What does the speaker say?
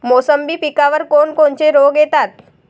मोसंबी पिकावर कोन कोनचे रोग येतात?